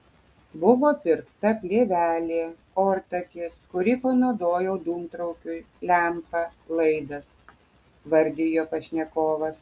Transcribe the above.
buvo pirkta plėvelė ortakis kurį panaudojau dūmtraukiui lempa laidas vardijo pašnekovas